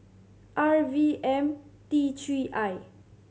R V M T Three I